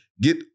get